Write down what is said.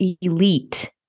elite